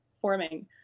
forming